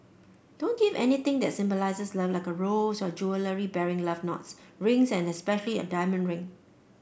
don't give anything that symbolises love like a rose or jewellery bearing love knots rings and especially a diamond ring